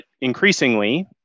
increasingly